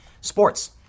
Sports